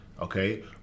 Okay